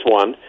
one